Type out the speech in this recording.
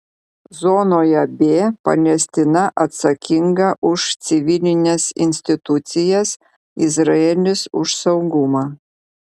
zonoje b palestina atsakinga už civilines institucijas izraelis už saugumą